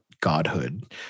godhood